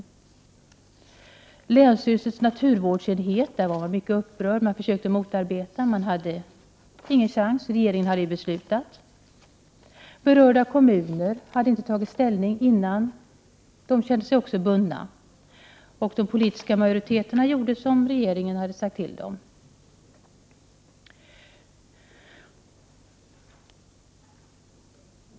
På länsstyrelsens naturvårdsenhet var man mycket upprörd och försökte motarbeta vägbygget. Men man hade ingen chans, eftersom ju regeringen redan fattat sitt beslut. Berörda kommuner hade inte fått ta ställning i förväg men kände sig bundna av regeringsbeslutet. De politiska majoriteterna gjorde som regeringen hade sagt till dem.